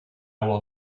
will